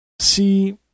See